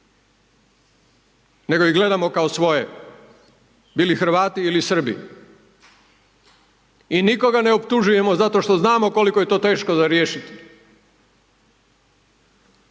nego ih gledamo kao svoje, bili Hrvati ili Srbi. I nikoga ne optužujemo zato što znamo koliko je to teško za riješiti.